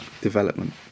development